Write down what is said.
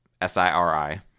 S-I-R-I